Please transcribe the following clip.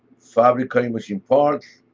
fabric cutting machine parts.